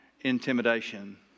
intimidation